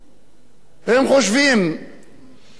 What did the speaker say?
והרבה תושבים מהמגזר